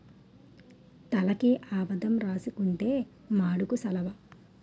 తలకి ఆవదం రాసుకుంతే మాడుకు సలవ